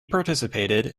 participated